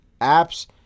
apps